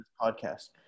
Podcast